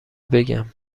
بگم